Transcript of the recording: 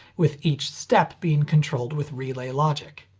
with each step being controlled with relay logic.